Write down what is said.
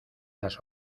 las